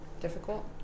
difficult